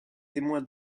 témoin